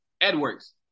Edwards